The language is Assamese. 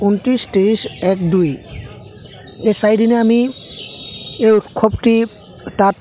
ঊনত্ৰিছ ত্ৰিছ এক দুই এই চাৰিদিনে আমি এই উৎসৱটি তাত